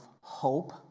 hope